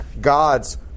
God's